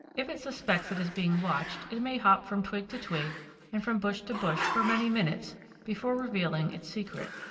if it suspects it is being watched it may hop from twig to twig and from bush to bush for many minutes before revealing its secret,